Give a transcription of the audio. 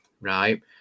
right